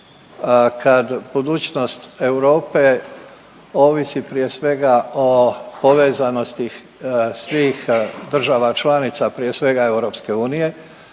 kad budućnost Europe ovisi prije svega o povezanosti svih država članica, prije svega EU. I